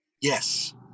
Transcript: Yes